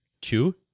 Two